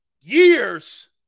Years